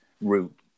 route